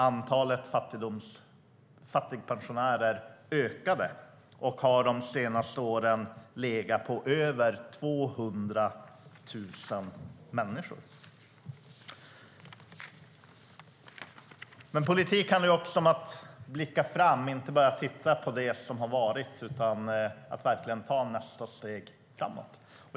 Antalet fattigpensionärer ökade och har de senaste åren legat på över 200 000 människor. Politik handlar också om att blicka framåt, att inte bara titta på det som varit utan verkligen ta nästa steg framåt.